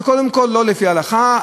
זה קודם כול לא לפי ההלכה,